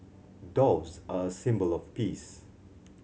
doves are a symbol of peace